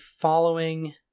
following